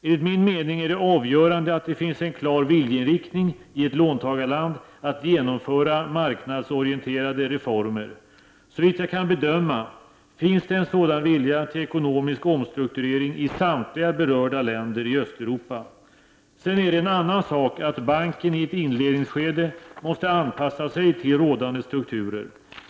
Enligt min mening är det avgörande att det finns en klar viljeinriktning i ett låntagarland att genomföra marknadsorienterade reformer. Såvitt jag kan bedöma finns det en sådan vilja till ekonomisk omstrukturering i samtliga berörda länder i Östeuropa. Sedan är det en annan sak att banken i ett inledningsskede måste anpassa sig till rådande strukturer.